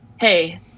hey